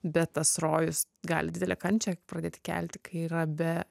bet tas rojus gali didelę kančią pradėti kelti kai yra be